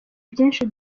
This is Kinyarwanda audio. byinshi